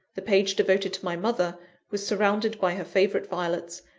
the page devoted to my mother was surrounded by her favourite violets,